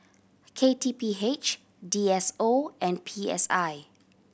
K T P H D S O and P S I